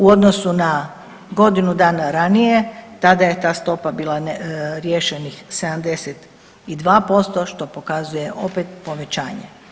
U odnosu na godinu dana ranije tada je ta stopa bila riješenih 72% što pokazuje opet povećanje.